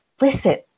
listen